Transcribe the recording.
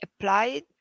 applied